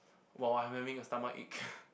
while I'm having a stomachache